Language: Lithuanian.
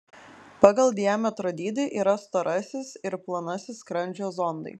pagal diametro dydį yra storasis ir plonasis skrandžio zondai